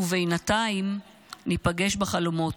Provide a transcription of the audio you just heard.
// ובינתיים ניפגש בחלומות.